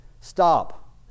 stop